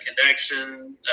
connection